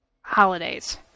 holidays